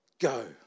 go